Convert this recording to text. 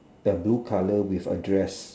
ya blue colour with a dress